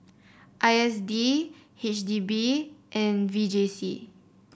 I S D H D B and V J C